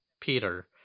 peter